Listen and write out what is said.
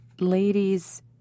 ladies